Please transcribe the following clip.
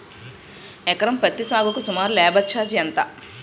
ఎకరం పత్తి సాగుకు సుమారు లేబర్ ఛార్జ్ ఎంత?